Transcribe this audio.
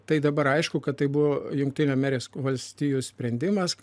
tai dabar aišku kad tai buvo jungtinių ameris valstijų sprendimas